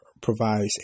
provides